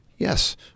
Yes